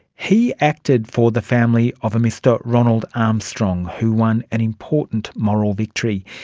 he acted for the family of mr ronald armstrong who won an important moral victory.